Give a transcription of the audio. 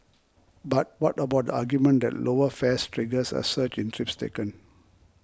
but what about the argument that lower fares triggers a surge in trips taken